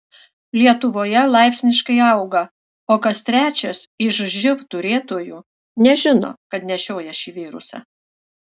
lietuvoje laipsniškai auga o kas trečias iš živ turėtojų nežino kad nešioja šį virusą